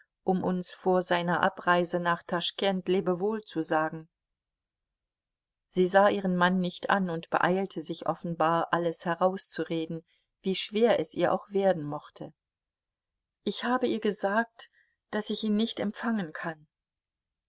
um uns vor seiner abreise nach taschkent lebewohl zu sagen sie sah ihren mann nicht an und beeilte sich offenbar alles herauszureden wie schwer es ihr auch werden mochte ich habe ihr gesagt daß ich ihn nicht empfangen kann